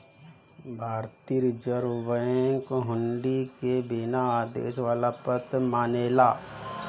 भारतीय reserve bank हुंडी के बिना आदेश वाला पत्र मानेला